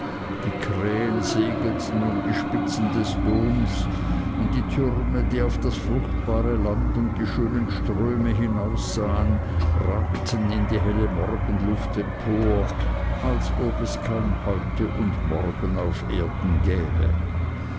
die krähen segelten um die spitzen des doms und die türme die auf das fruchtbare land und die schönen ströme hinaussahen ragten in die helle morgenluft empor als ob es kein heute und morgen auf erden gäbe